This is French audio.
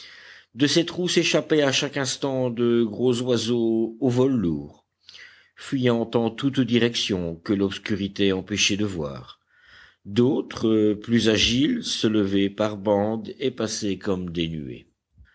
de ces trous s'échappaient à chaque instant de gros oiseaux au vol lourd fuyant en toutes directions que l'obscurité empêchait de voir d'autres plus agiles se levaient par bandes et passaient comme